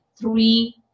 three